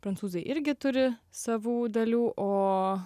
prancūzai irgi turi savų dalių o